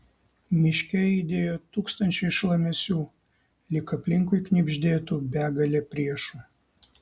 miške aidėjo tūkstančiai šlamesių lyg aplinkui knibždėtų begalė priešų